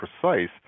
precise